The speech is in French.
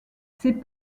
ses